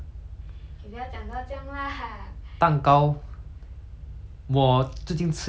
我最近吃一个蛋糕是在我二十三岁的时候